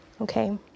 Okay